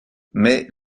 mais